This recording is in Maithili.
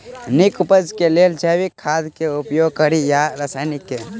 नीक उपज केँ लेल जैविक खाद केँ उपयोग कड़ी या रासायनिक केँ?